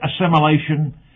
assimilation